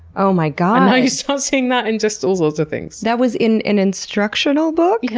oh my god. you start seeing that and just all sorts of things. that was in an instructional book? yeah.